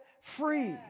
free